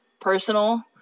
personal